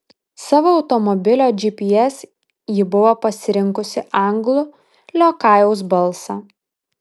savo automobilio gps ji buvo pasirinkusi anglų liokajaus balsą